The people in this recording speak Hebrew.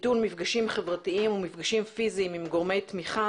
ביטול מפגשים חברתיים ומפגשים פיזיים עם גורמי תמיכה,